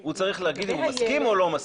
הוא צריך להגיד אם הוא מסכים או לא מסכים.